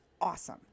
awesome